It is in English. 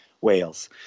Wales